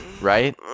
Right